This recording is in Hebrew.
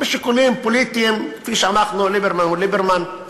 משיקולים פוליטיים, כפי שאנחנו, ליברמן הוא